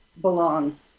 belong